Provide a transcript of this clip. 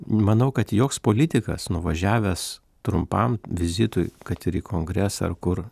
manau kad joks politikas nuvažiavęs trumpam vizitui kad ir į kongresą ar kur